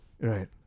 Right